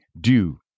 due